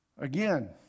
Again